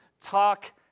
talk